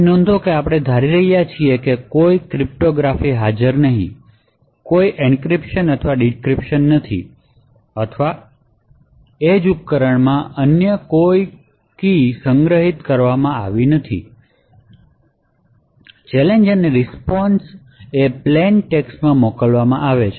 નોંધો કે આપણે ધારી રહ્યા છીએ કે ત્યાં કોઈ ક્રિપ્ટોગ્રાફી હાજર નથી કોઈ એન્ક્રિપ્શન અથવા ડિક્રિપ્શન નથી અથવા એજ ઉપકરણમાં કોઈ અન્ય સંગ્રહિત કીઝ હાજર નથી ચેલેંજ અને રીસ્પોન્શ પ્લેન ટેક્સ્ટ માં મોકલવામાં આવશે